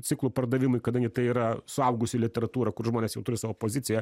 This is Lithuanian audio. ciklų pardavimui kadangi tai yra suaugusių literatūra kur žmonės jau turi savo poziciją